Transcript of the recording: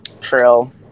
trail